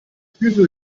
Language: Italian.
chiuso